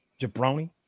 jabroni